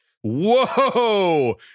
Whoa